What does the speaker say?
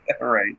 right